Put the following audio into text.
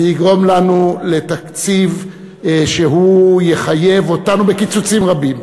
ויגרום לנו לתקציב שיחייב אותנו בקיצוצים רבים.